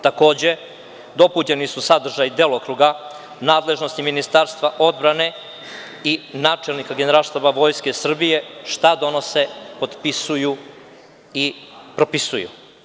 Takođe, dopunjeni su sadržaji delokruga nadležnosti Ministarstva odbrane i načelnika Generalštaba Vojske Srbije šta donose, potpisuju i propisuju.